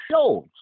shows